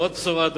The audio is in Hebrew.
ועוד בשורה,